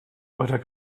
oder